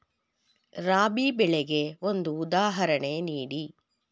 ರಾಬಿ ಬೆಳೆಗೆ ಒಂದು ಉದಾಹರಣೆ ನೀಡಿ